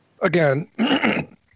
Again